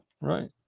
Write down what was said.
right